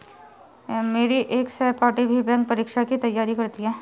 मेरी एक सहपाठी भी बैंक परीक्षा की ही तैयारी करती है